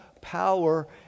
power